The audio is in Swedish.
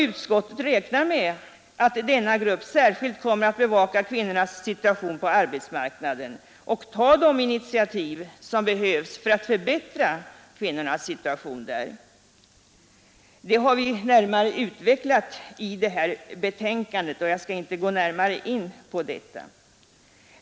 Utskottet räknar med att denna grupp särskilt kommer att bevaka kvinnornas situation på arbetsmarknaden och ta de initiativ som behövs för att förbättra kvinnornas situation där. Det har vi närmare utvecklat i betänkandet, och jag skall inte nu gå in på saken.